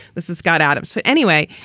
this is scott adams for anyway,